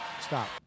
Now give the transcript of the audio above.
Stop